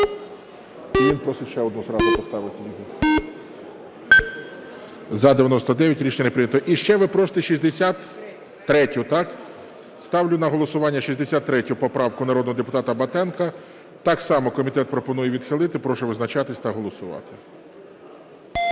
визначатись та голосувати. 13:38:45 За-99 Рішення не прийнято. І ще ви просите 63-ю, так? Ставлю на голосування 63 поправку народного депутата Батенка. Так само комітет пропонує відхилити. Прошу визначатись та голосувати.